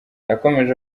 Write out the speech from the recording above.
yakomeje